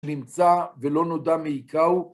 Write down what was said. נמצא ולא נודע מי היכהו